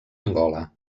angola